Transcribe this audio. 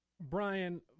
Brian